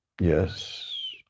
yes